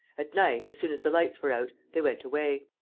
at night, as soon as the lights were out, they went away.